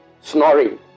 snoring